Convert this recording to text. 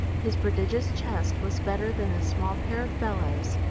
his prodigious chest was better than a small pair of bellows,